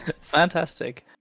Fantastic